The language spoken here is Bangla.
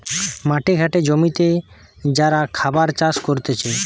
মাঠে ঘাটে জমিতে যারা খাবার চাষ করতিছে